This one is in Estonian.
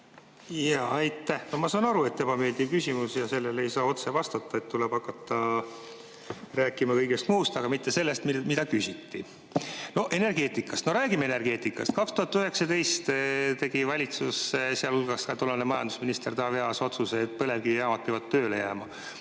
palun! Aitäh! No ma saan aru, et ebameeldiv küsimus ja sellele ei saa otse vastata, tuleb hakata rääkima kõigest muust, aga mitte sellest, mida küsiti. No energeetikast. No räägime energeetikast. 2019 tegi valitsus, sealhulgas ka tollane majandusminister Taavi Aas otsuse, et põlevkivijaamad peavad tööle jääma.